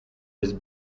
his